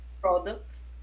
products